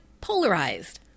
polarized